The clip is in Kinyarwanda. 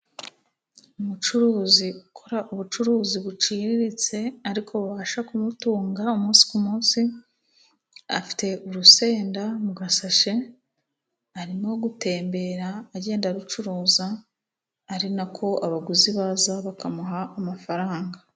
Umucuruzi ukora ubucuruzi buciriritse, ariko bubasha kumutunga umunsi ku munsi. Afite urusenda mu gasashe, arimo gutembera agenda arucuruza, ari nako abaguzi baza bakamuha amafaranga.